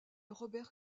robert